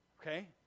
Okay